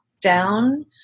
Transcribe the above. down